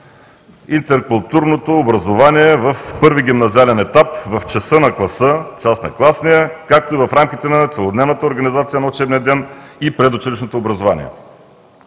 интеркултурното образование в първи гимназиален етап в „Часа на класа“ – „Час на класния”, както и в рамките на целодневната организация на учебния ден и предучилищното образование.